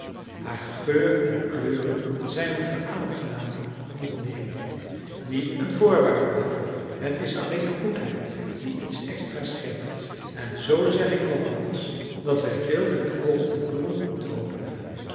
haar geur en kleuren zijn een veraangenaming van het leven niet een voorwaarde daarvoor het is alleen goedheid die iets extra's geeft en zoo zeg ik nogmaals dat wij veel met het oog op de bloemen te hopen hebben